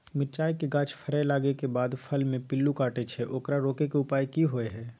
मिरचाय के गाछ फरय लागे के बाद फल में पिल्लू काटे छै ओकरा रोके के उपाय कि होय है?